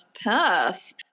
perth